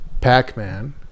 Pac-Man